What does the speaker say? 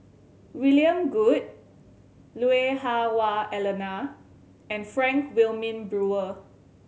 William Goode Lui Hah Wah Elena and Frank Wilmin Brewer